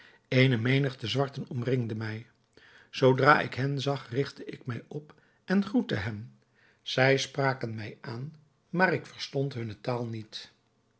eene menigte zwarten omringden mij zoodra ik hen zag rigtte ik mij op en groette hen zij spraken mij aan maar ik verstond hunne taal niet